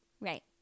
right